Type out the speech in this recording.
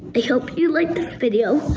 hope you liked this video.